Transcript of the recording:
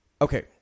okay